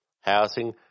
Housing